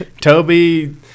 Toby